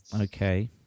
Okay